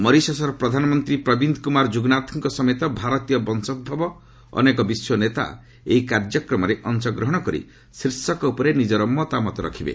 ମରିସସ୍ର ପ୍ରଧାନମନ୍ତ୍ରୀ ପ୍ରବୀନ୍ଦ୍ କୁମାର କ୍ରୁଗନାଥ୍ଙ୍କ ସମେତ ଭାରତୀୟ ବଂଶୋଭବ ଅନେକ ବିଶ୍ୱ ନେତା ଏହି କାର୍ଯ୍ୟକ୍ରମରେ ଅଂଶଗ୍ରହଣ କରି ଶୀର୍ଷକ ଉପରେ ନିଜର ମତାମତ ରଖିବେ